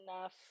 enough